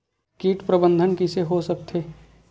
कीट प्रबंधन कइसे हो सकथे?